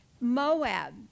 Moab